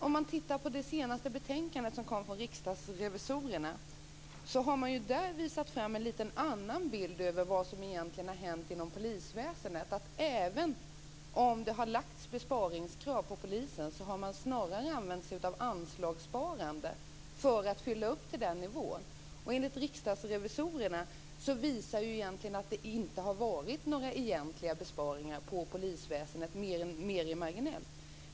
Om man tittar på den senaste rapporten som kom från Riksdagens revisorer har man där visat fram en lite annorlunda bild av vad som har hänt inom polisväsendet. Även om det har lagts besparingskrav på polisen har man snarare använt sig av anslagssparande för att fylla upp till nivån. Riksdagens revisorer visar att det inte har varit några egentliga besparingar inom polisväsendet mer än marginellt.